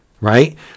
right